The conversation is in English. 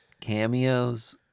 cameos